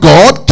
God